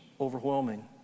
overwhelming